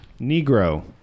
Negro